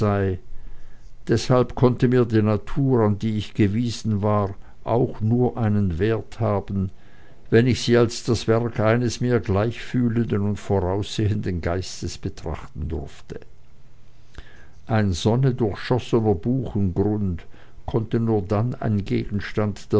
deshalb konnte mir die natur an die ich gewiesen war auch nur einen wert haben wenn ich sie als das werk eines mir gleich fühlenden und voraussehenden geistes betrachten durfte ein sonnedurchschossener buchengrund konnte nur dann ein gegenstand